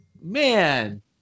Man